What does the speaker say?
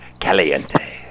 Caliente